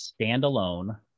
standalone